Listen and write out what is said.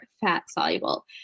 fat-soluble